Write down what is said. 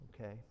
okay